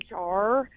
HR